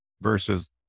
versus